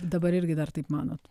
dabar irgi dar taip manot